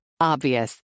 Obvious